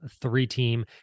three-team